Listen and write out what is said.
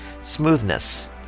smoothness